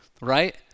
right